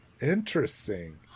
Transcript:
Interesting